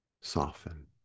soften